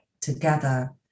together